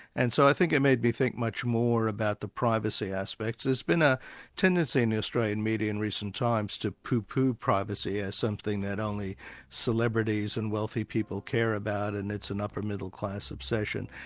and so i think it made me think much more about the privacy aspects. there's been a tendency in the australian media in recent times to pooh-pooh privacy as something that only celebrities and wealthy people care about, and it's an upper middle-class obsession.